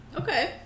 Okay